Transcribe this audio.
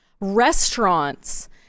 restaurants